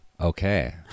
Okay